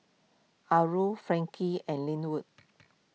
Azul Frankie and Lynwood